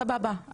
סבבה.